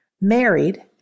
married